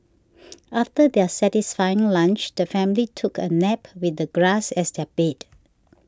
after their satisfying lunch the family took a nap with the grass as their bed